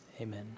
Amen